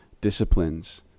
disciplines